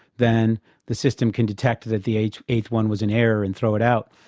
then the system can detect that the eighth eighth one was an error and throw it out.